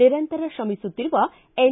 ನಿರಂತರ ತ್ರಮಿಸುತ್ತಿರುವ ಎನ್